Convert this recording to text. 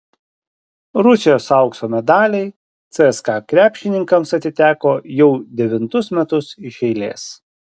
rusijos aukso medaliai cska krepšininkams atiteko jau devintus metus iš eilės